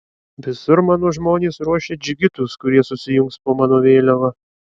visur mano žmonės ruošia džigitus kurie susijungs po mano vėliava